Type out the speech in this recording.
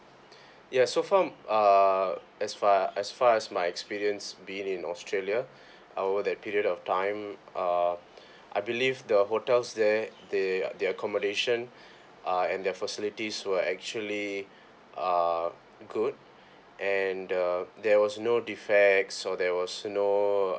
ya so far I'm uh as far as far as my experience being in australia over that period of time uh I believe the hotels there they their accommodation uh and their facilities were actually uh good and the there was no defects so there was no uh